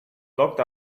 locked